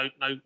no